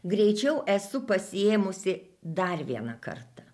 greičiau esu pasiėmusi dar vieną kartą